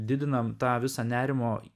didinam tą visą nerimo